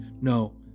no